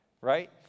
Right